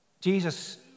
Jesus